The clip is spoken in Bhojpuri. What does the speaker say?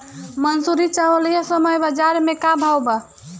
मंसूरी चावल एह समय बजार में का भाव बा?